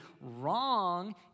wrong